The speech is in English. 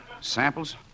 samples